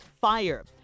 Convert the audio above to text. fire